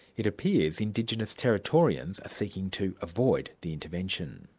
it appears indigenous territorians are seeking to avoid the intervention.